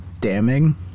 damning